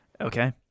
Okay